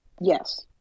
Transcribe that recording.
Yes